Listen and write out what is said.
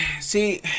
See